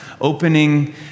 opening